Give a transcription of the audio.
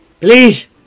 please